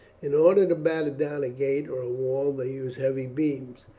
in order to batter down a gate or a wall they use heavy beams,